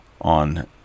on